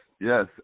yes